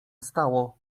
stało